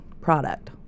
product